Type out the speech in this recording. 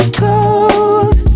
cold